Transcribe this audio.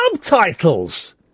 subtitles